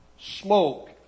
smoke